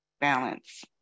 balance